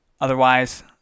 Otherwise